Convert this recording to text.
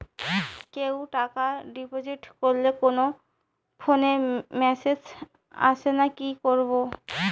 কেউ টাকা ডিপোজিট করলে ফোনে মেসেজ আসেনা কি করবো?